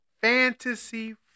Fantasy